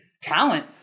talent